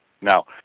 Now